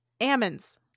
ammons